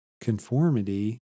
conformity